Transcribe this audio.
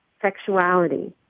sexuality